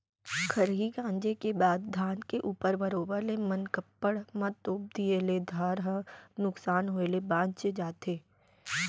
खरही गॉंजे के बाद धान के ऊपर बरोबर ले मनकप्पड़ म तोप दिए ले धार ह नुकसान होय ले बॉंच जाथे